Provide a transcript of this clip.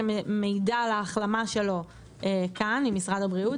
שמעידה על ההחלמה שלו ממשרד הבריאות,